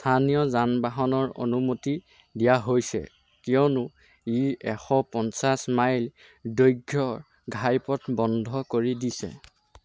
স্থানীয় যান বাহনৰ অনুমতি দিয়া হৈছে কিয়নো ই এশ পঞ্চাছ মাইল দৈৰ্ঘ্যৰ ঘাইপথ বন্ধ কৰি দিছে